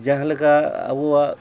ᱡᱟᱦᱟᱸ ᱞᱮᱠᱟ ᱟᱵᱚᱣᱟᱜ